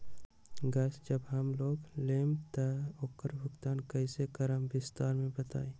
Gas जब हम लोग लेम त उकर भुगतान कइसे करम विस्तार मे बताई?